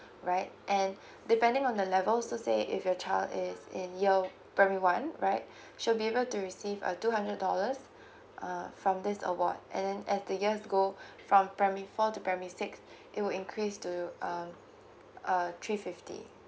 school right and depending on the level so say if your child is in yearr primary one right should be able to receive a two hundred dollars uh from this award and then as the years go from primary four to primary six it will increase to um uh three fifty